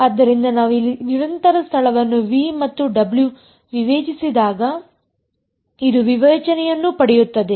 ಆದ್ದರಿಂದ ನಾವು ಇಲ್ಲಿ ನಿರಂತರ ಸ್ಥಳವನ್ನು V ಮತ್ತು W ವಿವೇಚಿಸಿದಾಗ ಇದು ವಿವೇಚನೆಯನ್ನೂ ಪಡೆಯುತ್ತದೆ